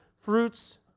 fruits